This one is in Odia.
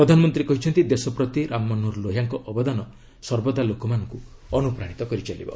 ପ୍ରଧାନମନ୍ତ୍ରୀ କହିଛନ୍ତି ଦେଶ ପ୍ରତି ରାମମନୋହର ଲୋହିଆଙ୍କ ଅବଦାନ ସର୍ବଦା ଲୋକମାନଙ୍କୁ ଅନୁପ୍ରାଣିତ କରିବ